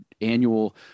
annual